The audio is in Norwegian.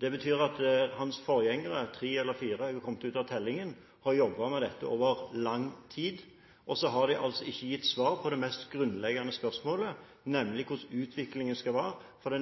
Det betyr at hans forgjengere – tre eller fire, jeg har kommet ut av tellingen – har jobbet med dette over lang tid, og så har de altså ikke gitt svar på det mest grunnleggende spørsmålet, nemlig hvordan utviklingen skal være for